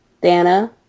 Dana